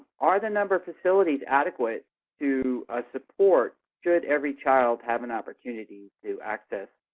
are the number of facilities adequate to support should every child have an opportunity to access